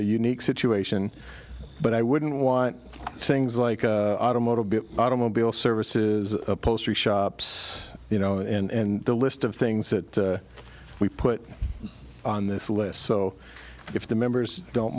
unique situation but i wouldn't want things like automobile automobile services poster shops you know and the list of things that we put on this list so if the members don't